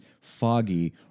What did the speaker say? foggy